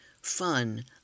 fun